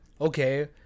Okay